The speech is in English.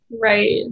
Right